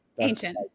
Ancient